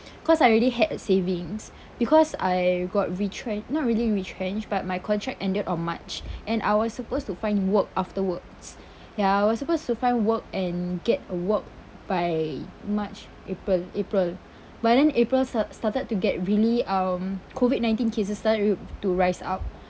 cause I already had savings because I got retren~ not really retrenched but my contract ended on march and I was supposed to find work afterwards ya I was supposed to find work and get a work by march april april but then april start started to get really um COVID nineteen cases started to rise up